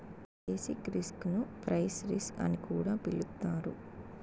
basic risk ను price risk అని కూడా పిలుత్తారు